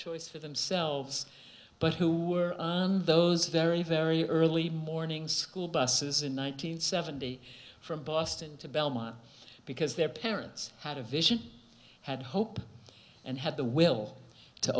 choice for themselves but who were those very very early morning school buses in one nine hundred seventy from boston to belmont because their parents had a vision had hope and had the will to